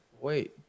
wait